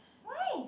why